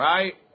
Right